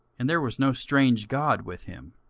and there was no strange god with him.